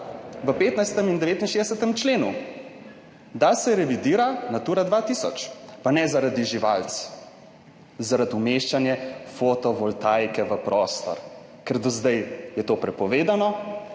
v 15. in 69. členu, da se revidira Natura 2000, pa ne zaradi živalic, zaradi umeščanja fotovoltaike v prostor, ker do zdaj je to prepovedano.